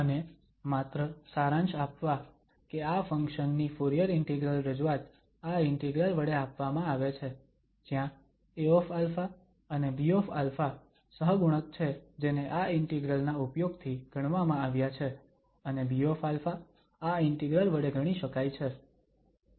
અને માત્ર સારાંશ આપવા કે આ ફંક્શન ની ફુરીયર ઇન્ટિગ્રલ રજૂઆત આ ઇન્ટિગ્રલ વડે આપવામાં આવે છે જ્યાં Aα અને Bα સહગુણક છે જેને આ ઇન્ટિગ્રલ ના ઉપયોગ થી ગણવામાં આવ્યા છે અને Bα આ ઇન્ટિગ્રલ વડે ગણી શકાય છે